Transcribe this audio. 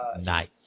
nice